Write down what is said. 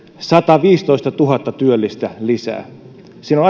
sataviisitoistatuhatta työllistä lisää siinä on